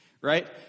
right